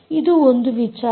ಇದು ಒಂದು ವಿಚಾರ